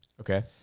Okay